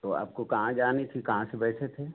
तो आपको कहाँ जानी थी कहाँ से बैठे थे